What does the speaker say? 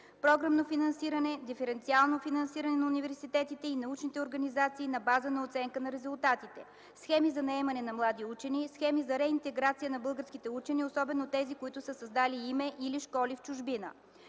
програмно финансиране, диференциално финансиране на университетите и научните организации на база на оценка на резултатите; схеми за наемане на млади учени; схеми за реинтеграция на българските учени, особено тези, които са създали име или школи в чужбина.